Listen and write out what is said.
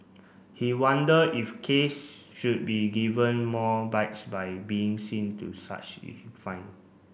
he wondered if case should be given more bites by being to such fine